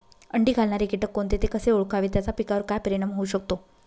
अंडी घालणारे किटक कोणते, ते कसे ओळखावे त्याचा पिकावर काय परिणाम होऊ शकतो?